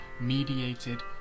mediated